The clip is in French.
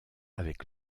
avec